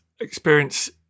experience